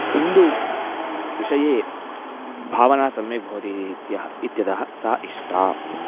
हिन्दू विषये भावना सम्यक् भवति इत्यः इत्यतः सा इष्टा